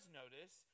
notice